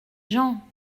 gens